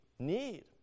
Need